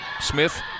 Smith